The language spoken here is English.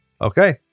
okay